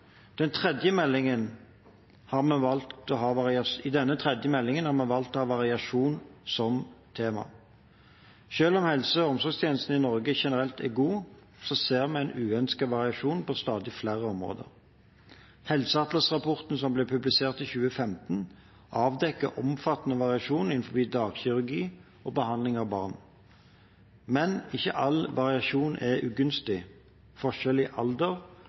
I denne tredje meldingen har vi valgt å ha variasjon som tema. Selv om helse- og omsorgstjenesten i Norge generelt er god, ser vi uønsket variasjon på stadig flere områder. Helseatlasrapportene som ble publisert i 2015, avdekket omfattende variasjon innenfor dagkirurgi og behandling av barn. Men ikke all variasjon er ugunstig. Forskjeller i alder,